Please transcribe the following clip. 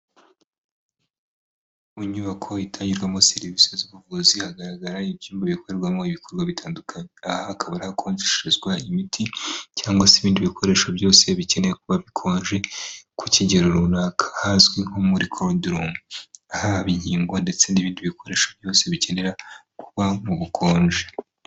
Mu nyubako itangirwamo serivise z'ubuvuzi hagaragaramo ibyumba bikorerwamo ibikorwa bitandukanye, aha hakaba ari ahakonjesherezwa imiti cyangwa se ibindi bikoresho byose bikeneye kuba bikonje ku kigero runaka, ahazwi nko muri korudi rumu, aha haba inkingo ndetse n'ibindi bikoresho byose bikenera kuba mu bukonje.